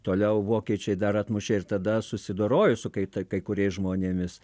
toliau vokiečiai dar atmušė ir tada susidorojo su kai kai kuriais žmonėmis